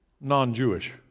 non-Jewish